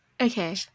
Okay